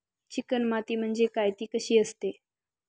Chicken माती म्हणजे काय? ति कशी असते?